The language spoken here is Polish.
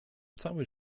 cały